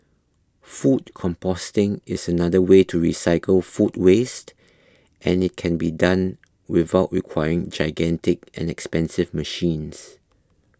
food composting is another way to recycle food waste and it can be done without requiring gigantic and expensive machines